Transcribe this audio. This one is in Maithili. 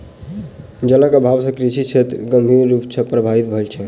जलक अभाव से कृषि क्षेत्र गंभीर रूप सॅ प्रभावित भ सकै छै